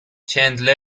چندلر